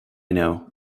know